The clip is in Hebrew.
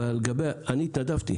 אני התנדבתי